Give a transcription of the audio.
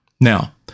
now